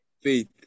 Faith